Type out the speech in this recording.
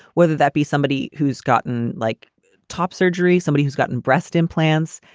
whether that be somebody who's gotten like top surgery, somebody who's gotten breast implants,